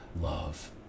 love